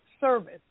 service